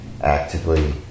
actively